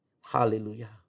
Hallelujah